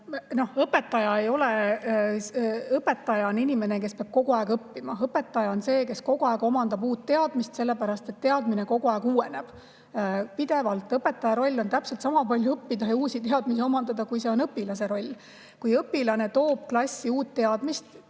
olla? Noh, õpetaja on inimene, kes peab kogu aeg õppima. Õpetaja on see, kes kogu aeg omandab uut teadmist, sellepärast et teadmine uueneb pidevalt. Õpetaja roll on täpselt sama palju õppida ja uusi teadmisi omandada, kui see on õpilase roll. Kui õpilane toob klassi uut teadmist,